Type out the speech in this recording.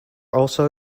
also